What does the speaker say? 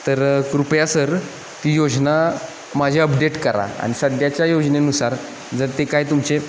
तर कृपया सर ती योजना माझी अपडेट करा आणि सध्याच्या योजनेनुसार जर ते काय तुमचे